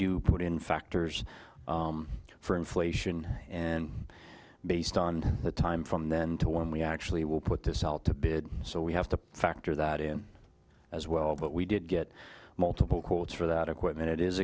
do put in factors for inflation and based on the time from then to when we actually will put this out to bid so we have to factor that in as well but we did get multiple calls for that equipment it is